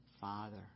Father